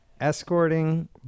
escorting